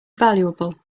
valuable